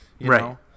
Right